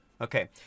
okay